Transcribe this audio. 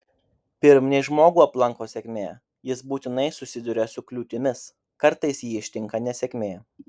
pirm nei žmogų aplanko sėkmė jis būtinai susiduria su kliūtimis kartais jį ištinka nesėkmė